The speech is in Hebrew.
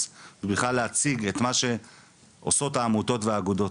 ובכלל להציג את מה שעושות העמותות והאגודות.